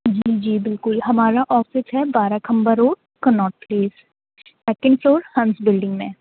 جی جی بالکل ہمارا آفس ہے Barakhamba road Connaught place second floor Hans building میں